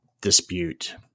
dispute